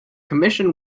commission